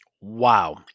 Wow